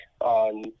on